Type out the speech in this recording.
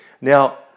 Now